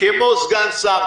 כמו סגן שר,